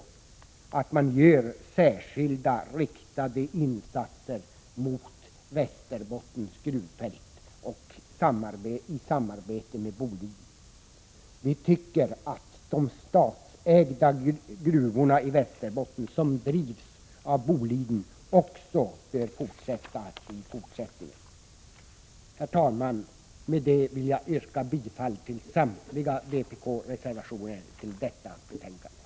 Vi vill också att särskilda, riktade insatser görs mot Västerbottens gruvfält i samarbete med Boliden. Vi anser att de statsägda gruvorna i Västerbotten, som drivs av Boliden, skall få drivas även i fortsättningen. Herr talman! Med detta yrkar jag bifall till samtliga vpk-reservationer i detta betänkande.